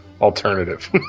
alternative